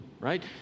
Right